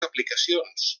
aplicacions